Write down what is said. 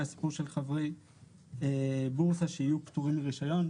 הסיפור של חברי בורסה שיהיו פטורים מרישיון.